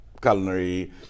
culinary